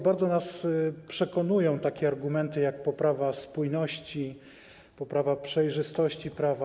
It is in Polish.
Bardzo nas przekonują takie argumenty jak poprawa spójności, poprawa przejrzystości prawa.